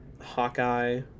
Hawkeye